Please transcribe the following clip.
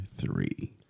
three